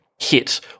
hit